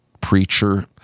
preacher